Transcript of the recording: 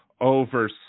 over